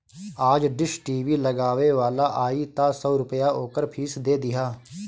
आज dish TV लगावे वाला आई तअ सौ रूपया ओकर फ़ीस दे दिहा